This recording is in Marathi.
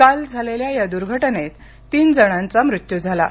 काल झालेल्या या दुर्घटनेत तीन जणांचा मृत्यू झाला आहे